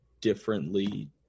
differently